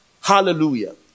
Hallelujah